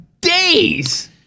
days